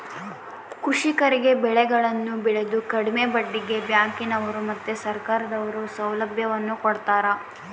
ಕೃಷಿಕರಿಗೆ ಬೆಳೆಗಳನ್ನು ಬೆಳೆಕ ಕಡಿಮೆ ಬಡ್ಡಿಗೆ ಬ್ಯಾಂಕಿನವರು ಮತ್ತೆ ಸರ್ಕಾರದವರು ಸೌಲಭ್ಯವನ್ನು ಕೊಡ್ತಾರ